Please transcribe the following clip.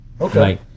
Okay